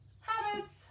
habits